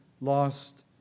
lost